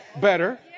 better